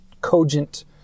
cogent